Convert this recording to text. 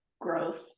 growth